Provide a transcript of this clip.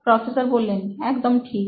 professor একদম ঠিক